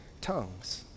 tongues